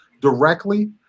directly